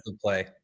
play